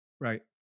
Right